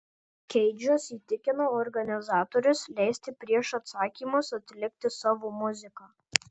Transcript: keidžas įtikino organizatorius leisti prieš atsakymus atlikti savo muziką